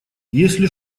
если